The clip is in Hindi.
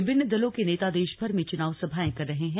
विभिन्न दलों के नेता देशभर में चुनाव सभाएं कर रहे हैं